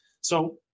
So-